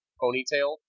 ponytail